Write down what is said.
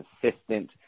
consistent